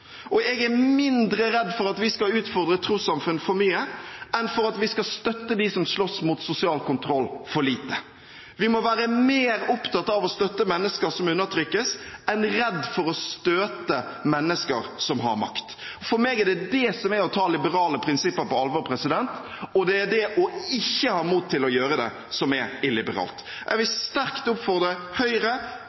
Og jeg er mindre redd for at vi skal utfordre trossamfunn for mye, enn for at vi skal støtte dem som slåss mot sosial kontroll, for lite. Vi må være mer opptatt av å støtte mennesker som undertrykkes, enn redd for å støte mennesker som har makt. For meg er det det som er å ta liberale prinsipper på alvor, og det er det ikke å ha mot til å gjøre det, som er illiberalt. Jeg vil sterkt oppfordre Høyre,